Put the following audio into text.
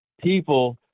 people